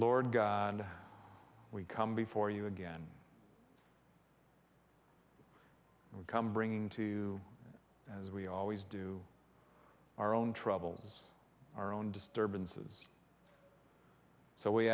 lord god we come before you again we come bringing to as we always do our own troubles our own disturbances so we